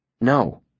No